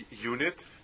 unit